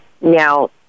Now